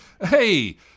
hey